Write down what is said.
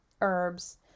herbs